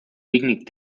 picnic